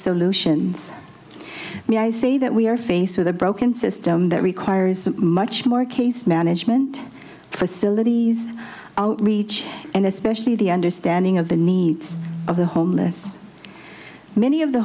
solutions may i say that we are faced with a broken system that requires much more case management facilities outreach and especially the understanding of the needs of the homeless many of the